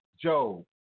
Job